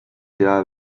sea